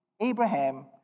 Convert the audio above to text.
Abraham